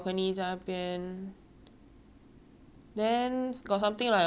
then got something like a counter top marble counter top 这样的 lor